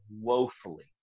woefully